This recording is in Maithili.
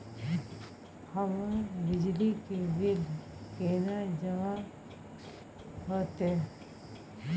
हमर बिजली के बिल केना जमा होते?